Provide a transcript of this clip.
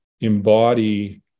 embody